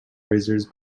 razors